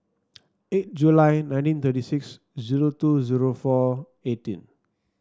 eight July nineteen thirty six zero two zero four eighteen